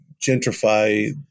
gentrify